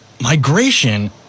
migration